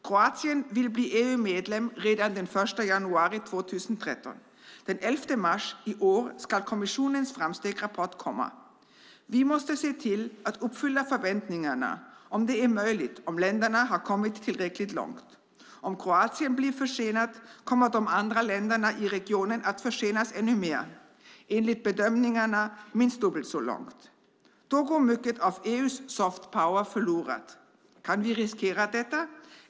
Kroatien vill bli EU-medlem redan den 1 januari 2013. Den 11 mars i år ska kommissionens framstegsrapport komma. Vi måste se till att uppfylla förväntningarna om det är möjligt och om länderna har kommit tillräckligt långt. Om Kroatien blir försenat kommer de andra länderna i regionen att försenas ännu mer - enligt bedömningarna minst dubbelt så länge. Då går mycket av EU:s soft power förlorat. Kan vi riskera detta?